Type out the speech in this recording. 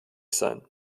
sein